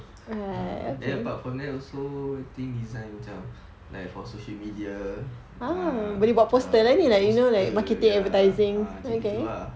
then apart from that also I think design macam like for social media ah poster ya uh macam gitu ah